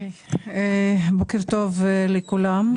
בוקר טוב לכולם.